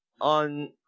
on